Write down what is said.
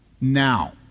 Now